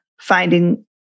finding